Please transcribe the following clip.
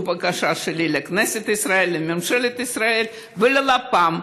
זו בקשה שלי לכנסת ישראל, לממשלת ישראל וללפ"מ.